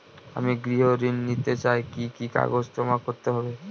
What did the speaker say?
আমি গৃহ ঋণ নিতে চাই কি কি কাগজ জমা করতে হবে?